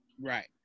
Right